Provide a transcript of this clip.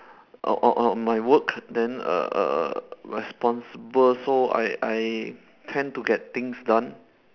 err uh uh on my work then err err responsible so I I tend to get things done